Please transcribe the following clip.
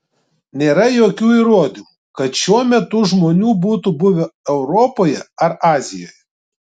nėra jokių įrodymų kad šiuo metu žmonių būtų buvę europoje ar azijoje